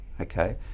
Okay